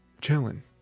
chilling